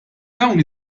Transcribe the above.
dawn